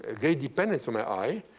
a great dependence on my eye.